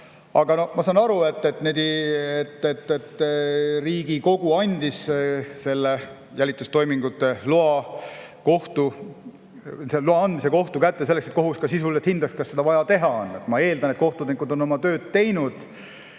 Ma saan aru, et Riigikogu andis jälitustoimingute lubade andmise kohtu kätte selleks, et kohus ka sisuliselt hindaks, kas seda vaja teha on. Ma eeldan, et kohtunikud on oma tööd teinud,